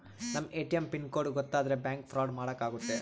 ನಮ್ ATM pin code ಗೊತ್ತಾದ್ರೆ bank fraud ಮಾಡಾಕ ಆಗುತ್ತೆ